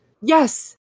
Yes